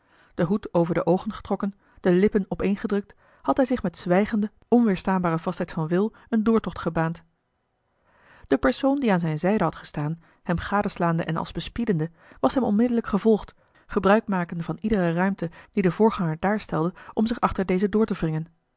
den hoed over de oogen getrokken de lippen opeengedrukt had hij zich met zwijgende onweêrstaanbare vastheid van wil een doortocht gebaand de persoon die aan zijne zijde had gestaan hem gadeslaande en als bespiedende was hem onmiddellijk gevolgd gebruik makende van iedere ruimte die de voorganger daarstelde om zich achter dezen door te wringen